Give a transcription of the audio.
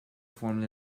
formed